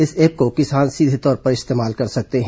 इस ऐप को किसान सीधे तौर पर इस्तेमाल कर सकते हैं